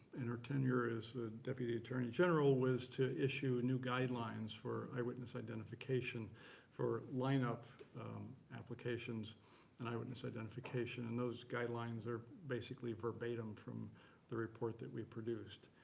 in her tenure as deputy attorney general was to issue new guidelines for eyewitness identification for lineup applications and eyewitness identification. and those guidelines are basically verbatim from the report that we produced.